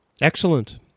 Excellent